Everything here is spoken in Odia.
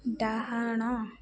ଡାହାଣ